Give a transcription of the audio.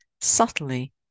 subtly